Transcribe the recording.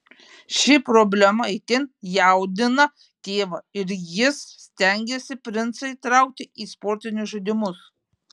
ši problema itin jaudina tėvą ir jis stengiasi princą įtraukti į sportinius žaidimus